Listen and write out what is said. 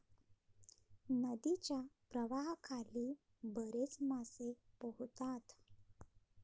नदीच्या प्रवाहाखाली बरेच मासे पोहतात